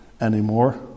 anymore